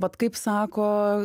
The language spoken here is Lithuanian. vat kaip sako